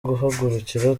guhagurukira